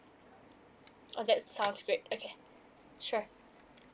oh that sounds great okay sure